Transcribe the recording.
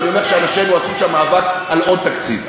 ואני אומר לך שאנשינו עשו שם מאבק על עוד תקציב.